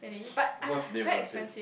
because they have taste